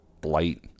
blight